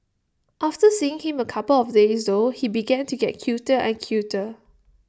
after seeing him A couple of days though he began to get cuter and cuter